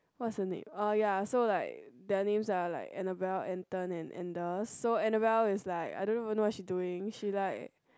what's her name ah ya so like their name are like Annabelle Anton and Anders so Anabelle is like I don't even know what she doing she like